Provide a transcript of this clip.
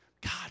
God